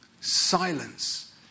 silence